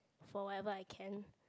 for whatever I can